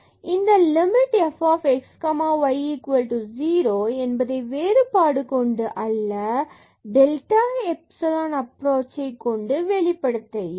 இந்த limit f xy 0 என்பதை வேறுபாடு கொண்டு அல்ல delta மற்றும் epsilon கொண்டு வெளிப்படுத்த இயலும்